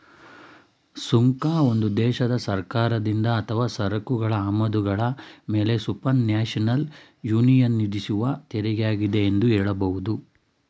ಸುಂಕ ಒಂದು ದೇಶದ ಸರ್ಕಾರದಿಂದ ಅಥವಾ ಸರಕುಗಳ ಆಮದುಗಳ ಮೇಲೆಸುಪರ್ನ್ಯಾಷನಲ್ ಯೂನಿಯನ್ವಿಧಿಸುವತೆರಿಗೆಯಾಗಿದೆ ಎಂದು ಹೇಳಬಹುದು